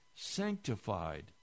sanctified